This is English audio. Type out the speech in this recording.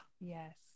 yes